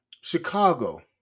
Chicago